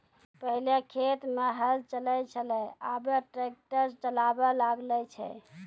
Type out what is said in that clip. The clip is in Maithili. पहिलै खेत मे हल चलै छलै आबा ट्रैक्टर चालाबा लागलै छै